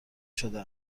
شده